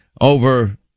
over